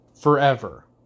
Forever